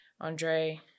Andre